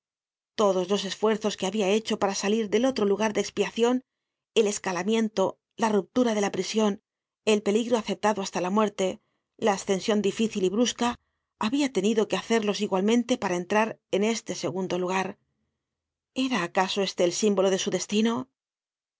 todos los esfuerzos que habia hecho para salir del otro lugar de expiacion el escalamiento la ruptura de la prision el peligro aceptado hasta la muerte la ascension difícil y brusca habia tenido que hacerlos igualmente para entrar en este segundo lugar era acaso este el símbolo de su destino